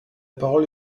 parole